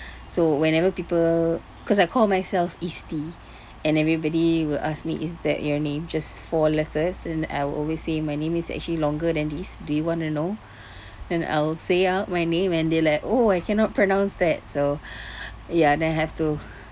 so whenever people cause I call myself isti and everybody will ask me is that your name just four letters and I will always say my name is actually longer than this do you want to know and I'll say up my name and they like oh I cannot pronounce that so ya then I have to